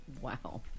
Wow